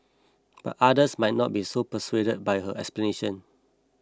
but others might not be so persuaded by her explanation